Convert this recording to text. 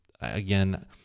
again